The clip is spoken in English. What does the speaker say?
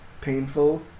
painful